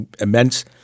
immense